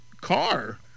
car